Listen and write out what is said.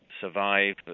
survive